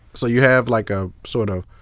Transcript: so you have like ah sort of